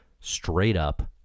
straight-up